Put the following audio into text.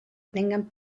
tengan